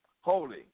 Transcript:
holy